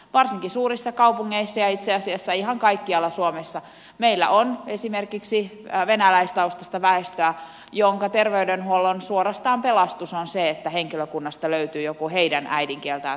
varsinkin suurissa kaupungeissa ja itse asiassa ihan kaikkialla suomessa meillä on esimerkiksi venäläistaustaista väestöä ja terveydenhuollossa suorastaan pelastus on se että henkilökunnasta löytyy joku heidän äidinkieltään taitava henkilö